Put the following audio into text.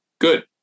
good